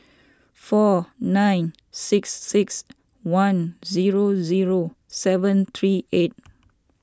four nine six six one zero zero seven three eight